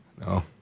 No